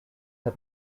had